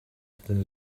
than